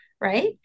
right